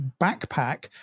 backpack